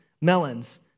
melons